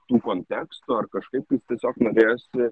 tų kontekstų ar kažkaip tais tiesiog norėjosi